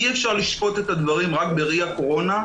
אי אפשר לשפוט דברים רק בראי הקורונה,